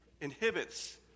inhibits